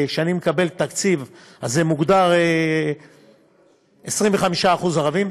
כשאני מקבל תקציב, זה מוגדר: 25% ערבים,